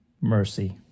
mercy